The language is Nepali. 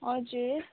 हजुर